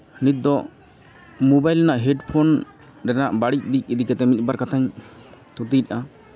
ᱱᱤᱛ ᱫᱚ ᱢᱳᱵᱟᱭᱤᱞ ᱨᱮᱱᱟᱜ ᱦᱮᱰᱯᱷᱳᱱ ᱨᱮᱱᱟᱜ ᱵᱟᱹᱲᱤᱡ ᱫᱤᱠ ᱤᱫᱤ ᱠᱟᱛᱮᱫ ᱢᱤᱫ ᱵᱟᱨ ᱠᱟᱛᱷᱟᱧ ᱛᱷᱩᱛᱤᱭᱮᱫᱟ